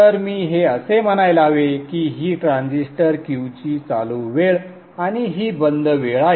तर मी हे असे म्हणायला हवे कि ही ट्रान्झिस्टर Q ची चालू वेळ आणि ही बंद वेळ आहे